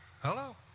Hello